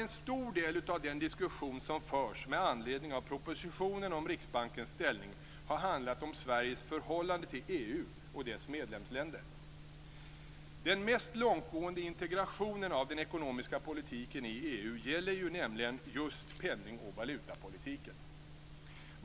En stor del av den diskussion som förts med anledning av propositionen om Riksbankens ställning har handlat om Sveriges förhållande till EU och dess medlemsländer. Den mest långtgående integrationen av den ekonomiska politiken i EU gäller nämligen just penning och valutapolitiken.